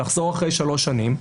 לחזור אחרי שלוש שנים,